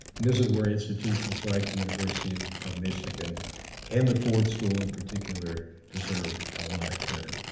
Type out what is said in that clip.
this is where institutions like the university of of michigan and the ford school in particular, deserve a lot of credit.